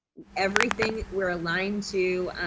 everything we're aligned to,